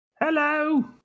Hello